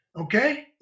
Okay